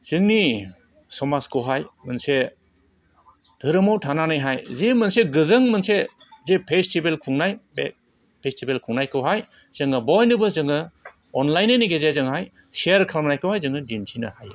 जोंनि समाजखौहाय मोनसे धोरोमाव थानानैहाय जि मोनसे गोजोन मोनसे जे फेसटिभेल खुंनाय बे फेसटिभेल खुंनायखौहाय जोङो बयनोबो जोङो अनलायनायनि गेजेरजोंहाय सेयार खालामनायखौहाय जोङो दिनथिनो हायो